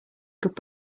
could